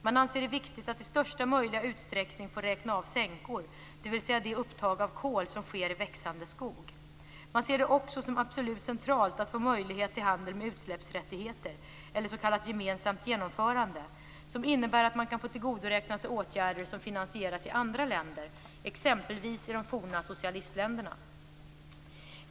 Man anser det viktigt att i största möjliga utsträckning få räkna av sänkor, dvs. det upptag av kol som sker i växande skog. Man ser det också som absolut centralt att få möjlighet till handel med utsläppsrättigheter, eller s.k. gemensamt genomförande. Det innebär att man kan få tillgodoräkna sig åtgärder som finansieras i andra länder, t.ex. i de forna socialistländerna.